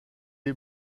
les